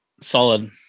solid